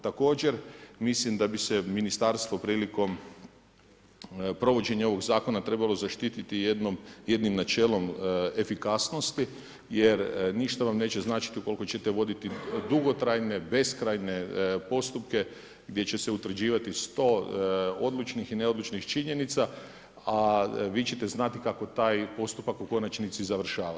Također mislim da bi se ministarstvo prilikom provođenja ovoga Zakona treba zaštititi jednim načelom efikasnosti jer ništa vam neće značiti ukoliko ćete voditi dugotrajne, beskrajne postupke gdje će se utvrđivati 100 odlučnih i neodlučnih činjenica, a vi ćete znati kako taj postupak u konačnici završava.